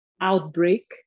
outbreak